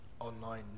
online